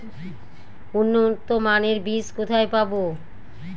উন্নতমানের বীজ কোথায় পাব?